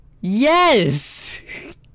Yes